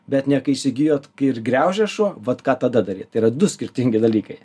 bet ne kai įsigijot ir griaužia šuo vat ką tada daryt tai yra du skirtingi dalykai